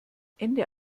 ende